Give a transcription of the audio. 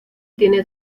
tiene